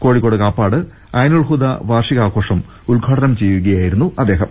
കോഴിക്കോട് കാപ്പാട് ഐനുൽഹുദാ വാർഷികാഘോഷം ഉദ്ഘാടനം ചെയ്യുകയായിരുന്നു അദ്ദേഹം